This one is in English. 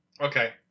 Okay